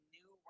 new